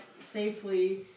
safely